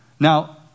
Now